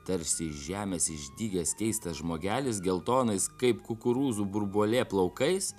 tarsi iš žemės išdygęs keistas žmogelis geltonais kaip kukurūzų burbuolė plaukais